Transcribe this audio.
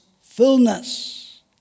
fullness